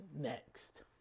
next